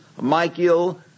Michael